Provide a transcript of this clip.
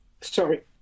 sorry